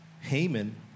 Haman